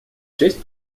честь